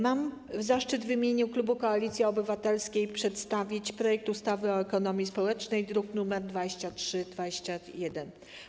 Mam zaszczyt w imieniu klubu Koalicji Obywatelskiej przedstawić projekt ustawy o ekonomii społecznej, druk nr 2321.